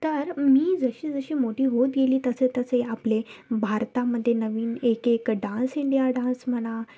तर मी जशी जशी मोठी होत गेली तसे तसे आपले भारतामध्ये नवीन एकेक डान्स इंडिया डान्स म्हणा